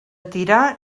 tirar